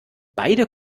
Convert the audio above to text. beide